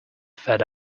fed